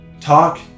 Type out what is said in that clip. talk